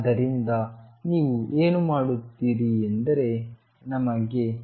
ಆದ್ದರಿಂದ ನೀವು ಏನು ಮಾಡುತ್ತೀರಿ ಎಂದರೆ ನಮಗೆ L0 00 ಇದೆ